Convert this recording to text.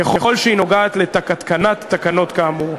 ככל שהיא נוגעת בהתקנת תקנות כאמור.